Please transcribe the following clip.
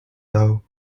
though